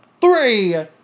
three